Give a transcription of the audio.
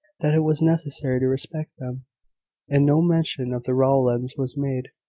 that it was necessary to respect them and no mention of the rowlands was made,